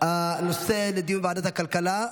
הנושא לוועדת הכלכלה.